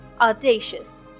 audacious